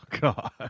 God